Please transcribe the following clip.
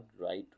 right